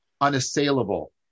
unassailable